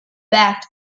backed